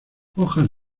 hojas